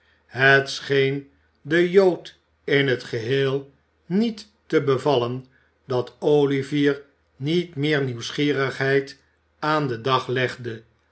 scheen den jood in het geheel niet te bevallen dat olivier niet meer nieuwsgierigheid aan den dag legde